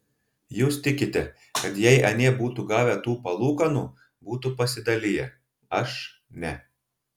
jūs tikite kad jei anie būtų gavę tų palūkanų būtų pasidaliję aš ne